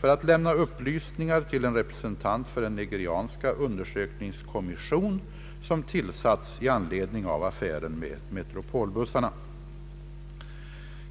för att lämna upplysningar till en representant för den nigerianska undersökningskommission som tillsatts i anledning av affären med Metropolbussarna.